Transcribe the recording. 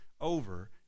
over